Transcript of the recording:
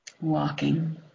Walking